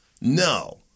No